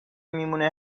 میمونه